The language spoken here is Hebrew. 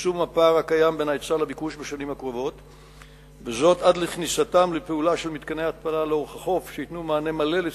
יבש הנחל כבר עשר שנים וערכי הטבע העשירים שבו הולכים ונעלמים.